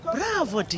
Bravo